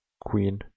Queen